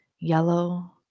yellow